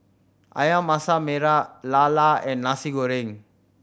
Ayam Masak Merah lala and Nasi Goreng